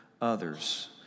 others